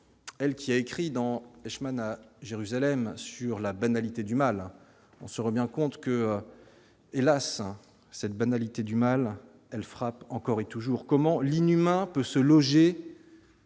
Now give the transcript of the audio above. elle qui a écrit dans Leishman à Jérusalem sur la banalité du mal, on se remet en compte que hélas cette banalité du mal, elle frappe encore et toujours, comment l'inhumain peut se loger.